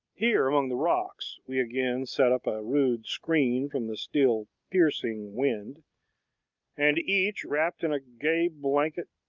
here, among the rocks, we again set up a rude screen from the still piercing wind and, each wrapped in a gay blanket,